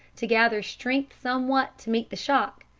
to gather strength somewhat to meet the shock,